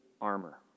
armor